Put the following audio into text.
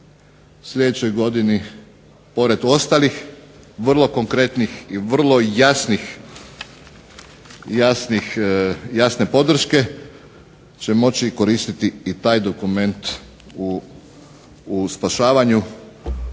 sljedećoj godini pored ostalih vrlo konkretnih i vrlo jasne podrške će moći koristiti i taj dokument u spašavanju